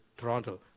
Toronto